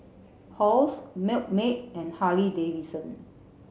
Halls Milkmaid and Harley Davidson